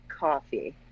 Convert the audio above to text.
Coffee